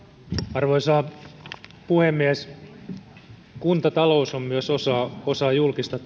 arvoisa puhemies kuntatalous on myös osa julkista